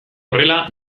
horrela